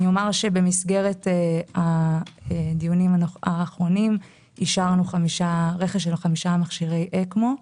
במסגרת הדיונים האחרונים אישרנו רכש של 5 מכשירי אקמו.